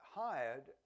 hired